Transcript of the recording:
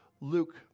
Luke